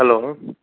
hello